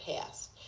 past